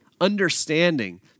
understanding